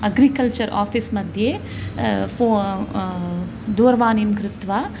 agriculture आफ़िस्मध्ये फ़ो दूरवाणीं कृत्वा